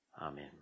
Amen